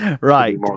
Right